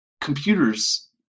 Computers